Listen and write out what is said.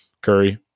Curry